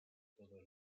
toda